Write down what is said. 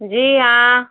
जी हाँ